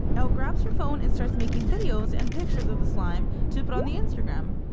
elle grabs her phone and starts making videos and pictures of the slime to put on the instagram.